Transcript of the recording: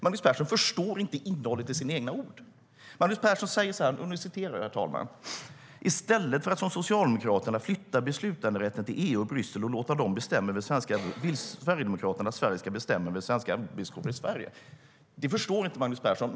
Magnus Persson förstår inte innehållet i sina egna ord. Det förstår inte Magnus Persson.